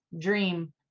dream